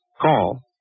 call